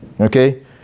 Okay